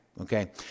Okay